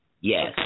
Yes